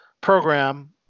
program